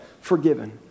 forgiven